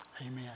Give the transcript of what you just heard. amen